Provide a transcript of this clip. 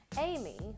Amy